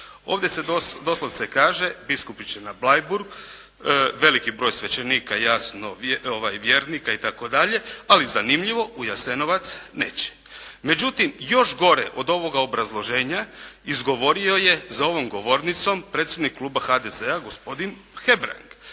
Ovdje se doslovce kaže biskupi će na Bleiburg, veliki broj svećenika, vjernika itd. Ali zanimljivo, u Jasenovac neće. Međutim, još gore od ovoga obrazloženja izgovorio je za ovom govornicom predsjednik kluba HDZ-a gospodin Hebrang